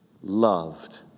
loved